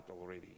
already